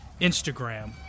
Instagram